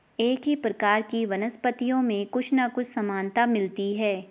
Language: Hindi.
एक ही प्रकार की वनस्पतियों में कुछ ना कुछ समानता मिलती है